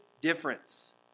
difference